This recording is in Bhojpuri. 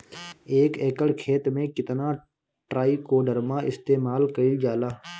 एक एकड़ खेत में कितना ट्राइकोडर्मा इस्तेमाल कईल जाला?